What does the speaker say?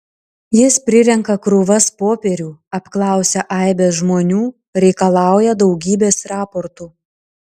jis prirenka krūvas popierių apklausia aibes žmonių reikalauja daugybės raportų